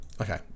Okay